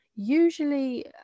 usually